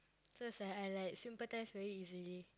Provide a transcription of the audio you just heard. so it's like I like sympathise very easily